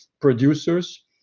producers